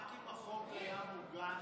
רק אם החוק היה מוגש